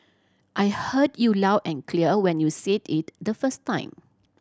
I heard you loud and clear when you said it the first time